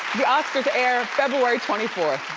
the oscars air february twenty fourth.